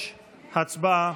6, הצבעה.